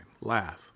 laugh